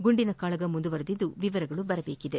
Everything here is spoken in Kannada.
ಗುಂಡಿನ ಕಾಳಗ ಮುಂದುವರೆದಿದ್ದು ವಿವರಗಳು ಬರಬೇಕಿದೆ